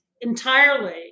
entirely